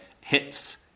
hits